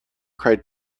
cried